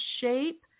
shape